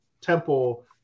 temple